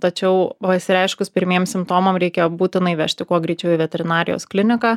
tačiau pasireiškus pirmiem simptomam reikia būtinai vežti kuo greičiau į veterinarijos kliniką